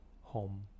Home